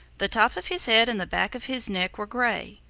the top of his head and the back of his neck were gray.